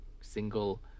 single